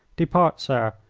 depart, sir,